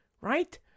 right